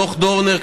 דוח דורנר,